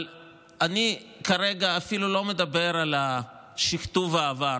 אבל אני כרגע אפילו לא מדבר על שכתוב העבר.